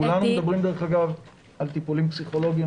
כולנו מדברים על טיפולים פסיכולוגיים